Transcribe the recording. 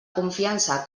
confiança